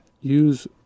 use